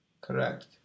Correct